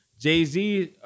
Jay-Z